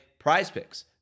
PrizePix